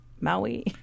Maui